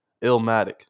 Illmatic